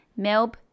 melb